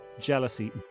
jealousy